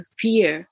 fear